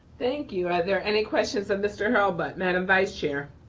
thank you. are there any questions of mr. hulbert. madam vice chair.